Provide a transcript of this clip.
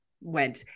went